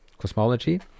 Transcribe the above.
cosmology